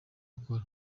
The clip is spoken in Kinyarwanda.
akora